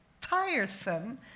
tiresome